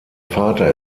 vater